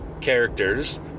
characters